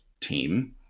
team